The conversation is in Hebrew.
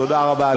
תודה רבה.